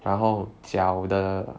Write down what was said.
然后脚的